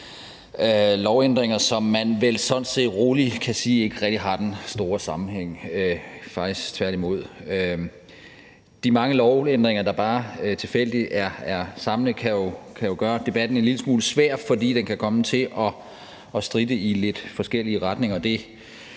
lovændringer, som man vel sådan set rolig kan sige der ikke rigtig er den store sammenhæng mellem, faktisk tværtimod. De mange lovændringer, der bare tilfældigt er samlet, kan jo gøre debatten en lille smule svær, fordi den kan komme til at stritte i lidt forskellige retninger,